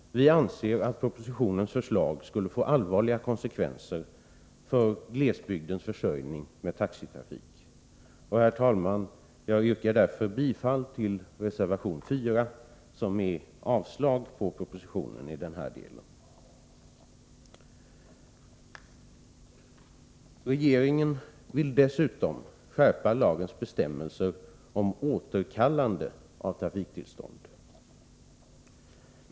Vi anser att propositionens förslag skulle få allvarliga konsekvenser för glesbygdens försörjning med taxitrafik. Herr talman! Jag yrkar därför bifall till reservation 4, som innebär avslag på propositionen i denna del. Regeringen vill dessutom skärpa lagens bestämmelser om återkallande av trafiktillstånd.